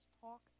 talk